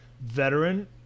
veteran